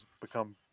become